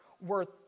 worth